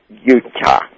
Utah